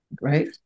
right